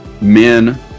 men